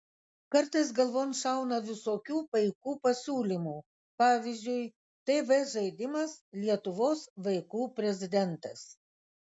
kartais galvon šauna visokių paikų pasiūlymų pavyzdžiui tv žaidimas lietuvos vaikų prezidentas